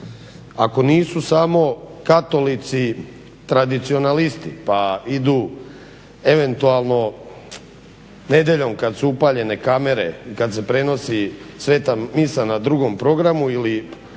ako nisu samo katolici tradicionalisti pa idu eventualno nedjeljom kad su upaljene kamere i kad se prenosi sveta misa na 2. programu ili